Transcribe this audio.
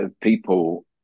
people